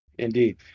Indeed